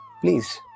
please